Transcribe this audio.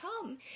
come